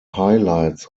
highlights